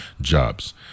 jobs